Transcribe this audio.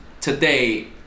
today